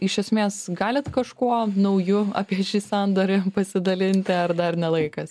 iš esmės galit kažkuo nauju apie šį sandorį pasidalinti ar dar ne laikas